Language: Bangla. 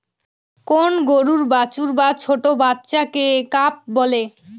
কোন গরুর বাছুর বা ছোট্ট বাচ্চাকে কাফ বলে